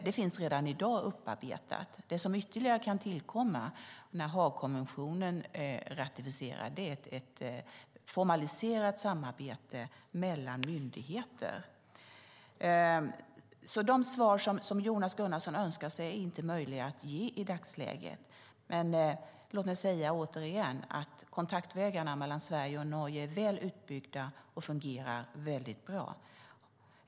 Det som kan tillkomma när Haagkonventionen ratificeras är ett formaliserat samarbete mellan myndigheter. De svar Jonas Gunnarsson önskar sig är inte möjliga att ge i dagsläget. Låt mig dock återigen säga att kontaktvägarna mellan Sverige och Norge är väl utbyggda och fungerar väldigt bra.